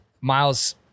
Miles